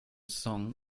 song